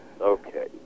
okay